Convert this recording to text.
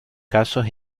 casos